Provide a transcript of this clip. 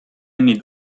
anni